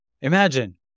Imagine